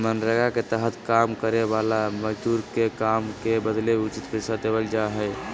मनरेगा के तहत काम करे वाला मजदूर के काम के बदले उचित पैसा देवल जा हय